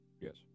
yes